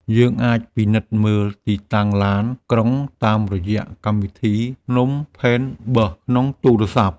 យើងអាចពិនិត្យមើលទីតាំងឡានក្រុងតាមរយៈកម្មវិធី "Phnom Penh Bus" ក្នុងទូរស័ព្ទ។